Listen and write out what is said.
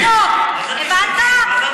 אתה תשתוק, הבנת?